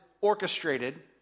orchestrated